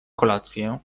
kolację